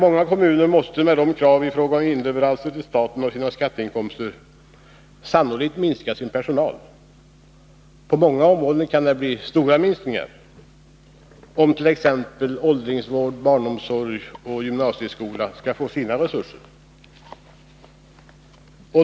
Många kommuner måste med anledning av kraven på inleveranser till staten av sina skatteinkomster sannolikt minska sin personal. På många områden kan det bli stora minskningar, om t.ex. åldringsvård, barnomsorg och gymnasieskolan skall få sina resurser.